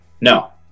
No